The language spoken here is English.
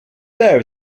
there